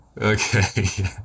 Okay